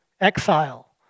exile